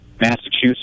Massachusetts